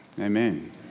Amen